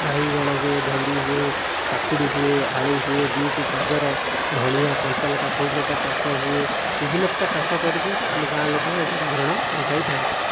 ବାଇଗଣ ହୁଏ ଭେଣ୍ଡି ହୁଏ କାକୁଡ଼ି ହୁଏ ଆଳୁ ହୁଏ ବିଟ୍ ଗାଜର ଧଣିଆ କଞ୍ଚାଲଙ୍କା ସବୁପ୍ରକାର ଚାଷ ହୁଏ ବିଭିନ୍ନ ପ୍ରକାର ଚାଷ କରିକି ଆମ ଗାଁଲୋକ ଏଇତ ଗୁଜୁରାଣ ମେଣ୍ଟାଇ ଥାଆନ୍ତି